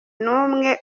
numwe